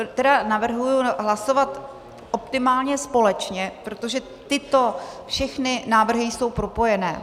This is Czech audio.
Tady navrhuji hlasovat optimálně společně, protože tyto všechny návrhy jsou propojené.